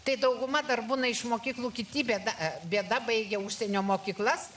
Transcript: tai dauguma dar būna iš mokyklų kiti bėda bėda baigia užsienio mokyklas